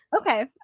Okay